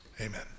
Amen